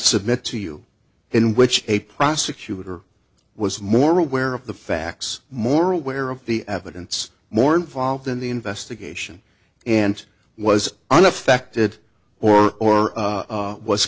submit to you in which a prosecutor was more aware of the facts more aware of the evidence more involved in the investigation and was unaffected or or